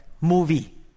movie